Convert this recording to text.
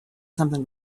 something